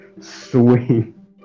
swing